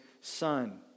son